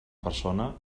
persona